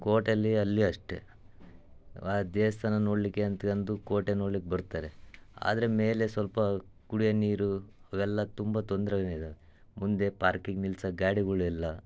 ಕೋಟೆಯಲ್ಲಿ ಅಲ್ಲಿಯು ಅಷ್ಟೇ ಆ ದೇವಸ್ಥಾನ ನೋಡಲಿಕ್ಕೆ ಅಂತ ಅಂದು ಕೋಟೆ ನೋಡ್ಲಿಕ್ಕೆ ಬರ್ತಾರೆ ಆದರೆ ಮೇಲೆ ಸ್ವಲ್ಪ ಕುಡಿಯೋ ನೀರು ಅವೆಲ್ಲ ತುಂಬ ತೊಂದರೆನೂ ಇದೆ ಮುಂದೆ ಪಾರ್ಕಿಂಗ್ ನಿಲ್ಸಕ್ಕೆ ಗಾಡಿಗಳು ಇಲ್ಲ